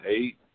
Eight